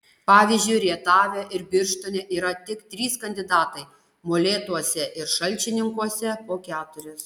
pavyzdžiui rietave ir birštone yra tik trys kandidatai molėtuose ir šalčininkuose po keturis